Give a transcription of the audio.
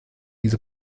diese